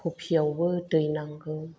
खफि आवबो दै नांगौ